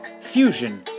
Fusion